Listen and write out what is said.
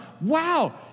wow